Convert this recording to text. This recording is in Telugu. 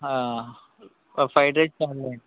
ఆ ఒక ఫ్రైడ్ రైస్ చాలులెండి